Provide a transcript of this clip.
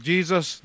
Jesus